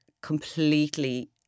completely